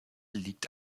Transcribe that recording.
liegt